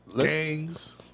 Gangs